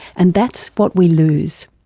and that's what we lose.